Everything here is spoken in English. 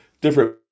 different